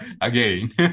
Again